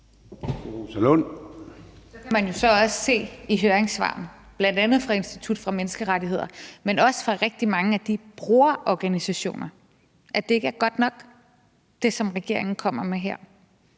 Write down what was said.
Man kan så også se i høringssvarene, bl.a. det fra Institut for Menneskerettigheder, men også fra rigtig mange af de brugerorganisationer, at det ikke er [Lydudfald] ... kommer med her.